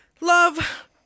Love